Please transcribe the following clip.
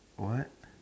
what